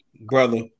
brother